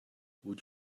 would